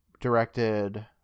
directed